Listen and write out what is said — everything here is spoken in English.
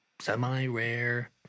semi-rare